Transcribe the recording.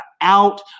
out